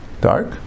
dark